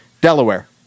Delaware